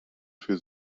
für